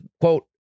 quote